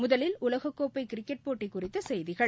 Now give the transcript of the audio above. முதலில் உலகக்கோப்பை கிரிக்கெட் போட்டி குறித்த செய்திகள்